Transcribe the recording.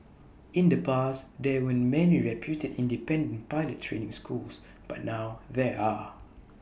in the past there weren't many reputed independent pilot training schools but now there are